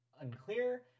unclear